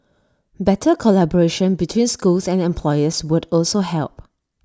better collaboration between schools and employers would also help